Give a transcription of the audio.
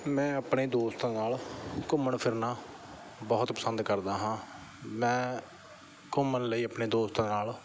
ਮੈਂ ਆਪਣੇ ਦੋਸਤਾਂ ਨਾਲ ਘੁੰਮਣ ਫਿਰਨਾ ਬਹੁਤ ਪਸੰਦ ਕਰਦਾ ਹਾਂ ਮੈਂ ਘੁੰਮਣ ਲਈ ਆਪਣੇ ਦੋਸਤਾਂ ਨਾਲ